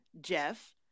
Jeff